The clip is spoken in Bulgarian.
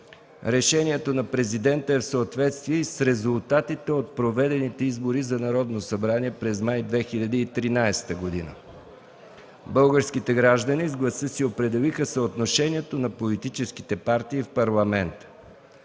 Решението на президента е в съответствие и с резултатите от проведените избори за Народно събрание през май 2013 г. Българските граждани с гласа си определиха съотношението на политическите партии в Парламента.